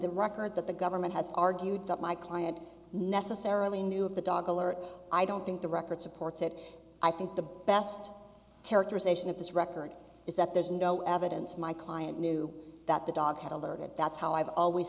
the record that the government has argued that my client necessarily knew of the dog alert i don't think the record supports it i think the best characterization of this record is that there's no evidence my client knew that the dog had overheard it that's how i've always